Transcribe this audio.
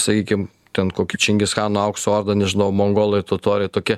sakykim ten koki čingischano aukso orda nežinau mongolai totoriai tokie